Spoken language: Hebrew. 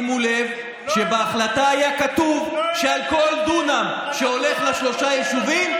שימו לב: בהחלטה היה כתוב שעל כל דונם שהולך לשלושת יישובים,